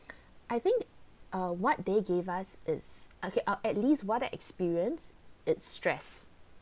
I think err what they gave us is okay uh at least what a experience it's stress